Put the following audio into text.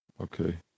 Okay